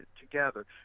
together